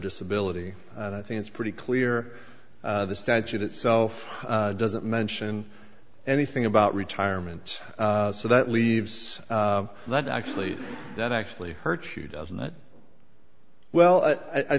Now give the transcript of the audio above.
disability and i think it's pretty clear the statute itself doesn't mention anything about retirement so that leaves that actually that actually hurts you doesn't it well i